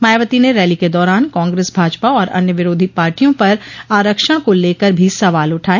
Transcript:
मायावती ने रैली के दौरान कांग्रेस भाजपा और अन्य विरोधी पार्टियों पर आरक्षण को लेकर भी सवाल उठाये